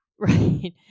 Right